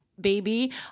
baby